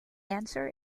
answers